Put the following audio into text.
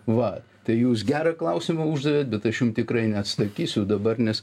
va tai jūs gerą klausimą uždavėt bet aš jus tikrai neatsakysiu dabar nes